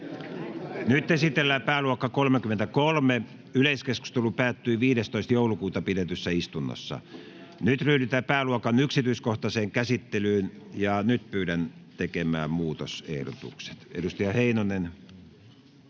Esitellään pääluokka 33. Yleiskeskustelu päättyi 15.12.2022 pidetyssä istunnossa. Nyt ryhdytään pääluokan yksityiskohtaiseen käsittelyyn. Jari Koskelan ehdotus 19 ja Peter